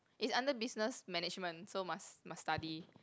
it's under business management so must must study